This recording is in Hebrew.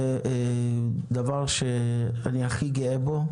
זה הדבר שאני הכי גאה בו.